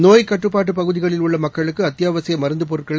நோப்க்கட்டுப்பாட்டு பகுதிகளில் உள்ள மக்களுக்கு அத்தியாவசிய மருந்துப் பொருட்களை